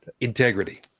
Integrity